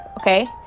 okay